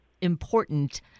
important